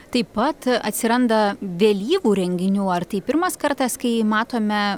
taip pat atsiranda vėlyvų renginių ar tai pirmas kartas kai matome